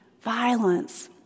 violence